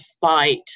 fight